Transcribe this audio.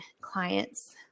clients